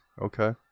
Okay